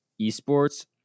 esports